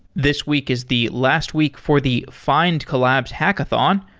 this week is the last week for the findcollabs hackathon.